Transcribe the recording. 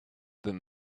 than